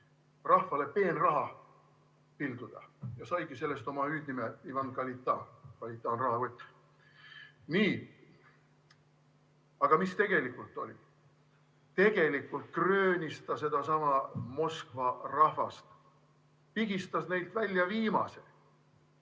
rahvale peenraha pildumist ja saigi sellest oma hüüdnime Ivan Kalita ehk Rahakott. Nii, aga mis tegelikult oli? Tegelikult kröönis ta seda sedasama Moskva rahvast, pigistas neilt välja viimase,